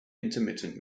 intermittent